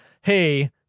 hey